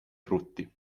frutti